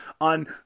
on